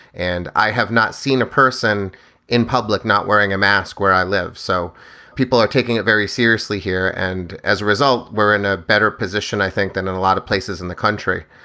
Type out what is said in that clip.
and i have not seen a person in public not wearing a mask where i live. so people are taking it very seriously here. and as a result, we're in a better position, i think, than in a lot of places in the country.